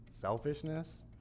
selfishness